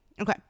okay